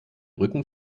rücken